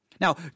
Now